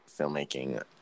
filmmaking